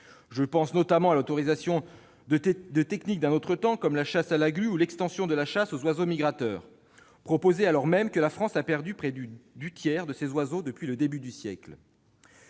Je pense notamment à l'autorisation de techniques d'un autre temps, comme la chasse à la glu, ou à l'extension de la chasse aux oiseaux migrateurs, proposées alors même que la France a perdu près du tiers de ses oiseaux depuis le début du siècle.